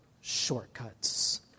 shortcuts